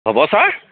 Bhav sir